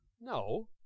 No